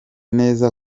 neza